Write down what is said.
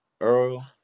Earl